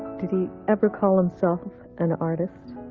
did he ever call himself an artist?